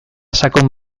sakon